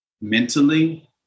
mentally